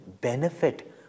benefit